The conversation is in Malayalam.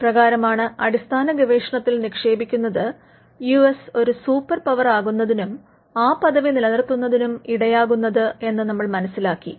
എപ്രകാരമാണ് അടിസ്ഥാന ഗവേഷണത്തിൽ നിക്ഷേപിക്കുന്നത് യൂ എസ് ഒരു സൂപ്പർ പവർ ആകുന്നതിനും ആ പദവി നിലനിർത്തുന്നതിനും ഇടയാക്കുന്നത് എന്ന് നമ്മൾ മനസിലാക്കി